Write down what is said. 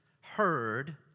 heard